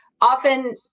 Often